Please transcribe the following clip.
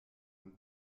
und